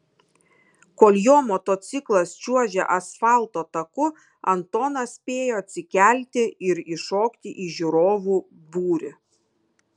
kol jo motociklas čiuožė asfalto taku antonas spėjo atsikelti ir įšokti į žiūrovų būrį